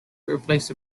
replaced